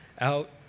out